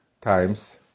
times